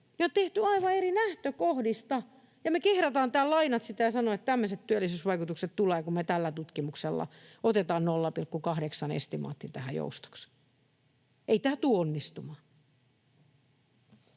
on tehty aivan eri lähtökohdista, ja me kehdataan täällä lainata sitä ja sanoa, että tämmöiset työllisyysvaikutukset tulevat, kun me tällä tutkimuksella otetaan 0,8:n estimaatti tähän joustoksi. Ei tämä tule onnistumaan.